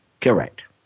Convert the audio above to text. Correct